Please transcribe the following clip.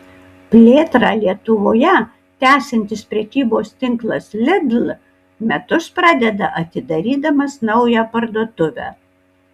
plėtrą lietuvoje tęsiantis prekybos tinklas lidl metus pradeda atidarydamas naują parduotuvę